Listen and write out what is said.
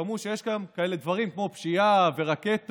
שמעו שיש כאלה דברים כמו פשיעה ורקטות.